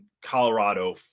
Colorado